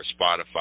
Spotify